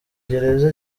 gereza